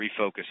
refocus